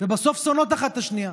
ובסוף שונאות אחת את השנייה.